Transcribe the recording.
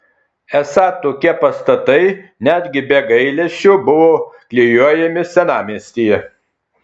esą tokie pastatai netgi be gailesčio buvo klijuojami senamiestyje